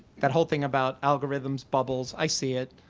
that whole thing about algorithms, bubbles, i see it.